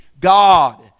God